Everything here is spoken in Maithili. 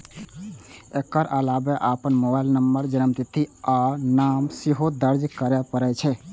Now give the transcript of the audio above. एकर अलावे अपन मोबाइल नंबर, जन्मतिथि आ नाम सेहो दर्ज करय पड़ै छै